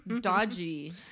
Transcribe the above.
Dodgy